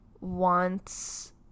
wants